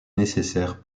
nécessaires